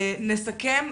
נסכם,